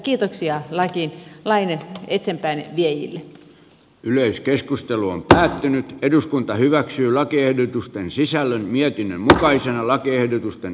kiitoksia kylläkin laine eteenpäin viejille yleiskeskustelu on päättynyt eduskunta hyväksyy lakiehdotusten sisällön mietin lain eteenpäinviejille